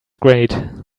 great